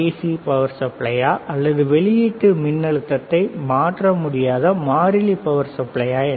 C power சப்ளையா அல்லது வெளியீட்டு மின்னழுத்தத்தை மாற்ற முடியாத மாறிலி பவர் சப்ளையா என்று